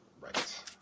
Right